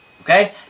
Okay